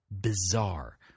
bizarre